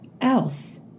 else